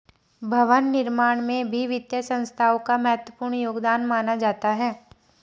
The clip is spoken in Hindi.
भवन निर्माण में भी वित्तीय संस्थाओं का महत्वपूर्ण योगदान माना जाता है